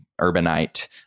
urbanite